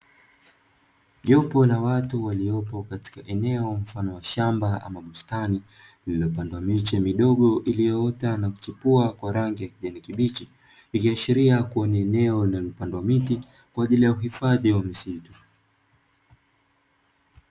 Jopo la watu waliopo katika eneo mfano wa shamba ama bustani, lililopandwa miche midogo iliyoota na kuchipua kwa rangi ya kijani kibichi, ikiashiria kuwa ni eneo linalopandwa miti kwa ajili ya uhifadhi wa misitu.